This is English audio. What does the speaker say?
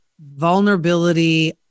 vulnerability